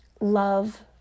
love